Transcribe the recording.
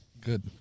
Good